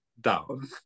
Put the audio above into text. down